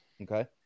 okay